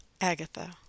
Agatha